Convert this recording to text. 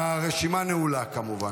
הרשימה נעולה כמובן.